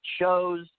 shows